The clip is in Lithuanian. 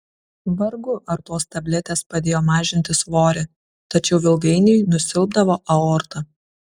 vargu ar tos tabletės padėjo mažinti svorį tačiau ilgainiui nusilpdavo aorta